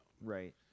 Right